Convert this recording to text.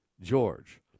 George